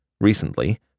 Recently